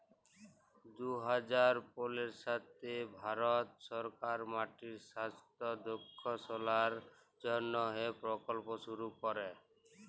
দু হাজার পলের সালে ভারত সরকার মাটির স্বাস্থ্য দ্যাখাশলার জ্যনহে পরকল্প শুরু ক্যরে